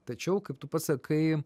tačiau kaip tu pats sakai